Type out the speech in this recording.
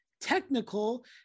technical